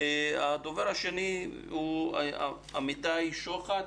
הדובר השני הוא אמיתי שוחט,